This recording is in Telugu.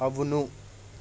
అవును